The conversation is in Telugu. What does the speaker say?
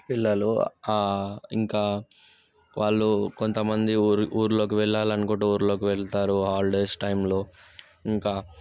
పిల్లలు ఇంకా వాళ్ళు కొంత మంది ఊరి ఊళ్ళకు వెళ్ళాలి అనుకుంటే ఊళ్ళకు వెళ్తారు హాలిడేస్ టైమ్లో ఇంకా